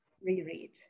reread